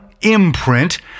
imprint